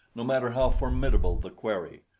no matter how formidable the quarry.